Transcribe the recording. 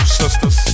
sisters